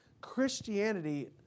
Christianity